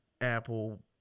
Apple